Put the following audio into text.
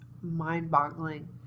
mind-boggling